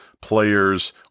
players